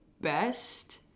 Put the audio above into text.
best